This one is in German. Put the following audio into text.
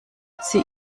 sie